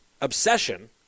obsession